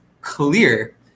clear